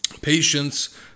patience